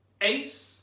Ace